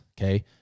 okay